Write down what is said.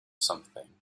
something